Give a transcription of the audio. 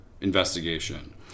Investigation